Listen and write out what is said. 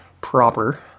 proper